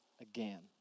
again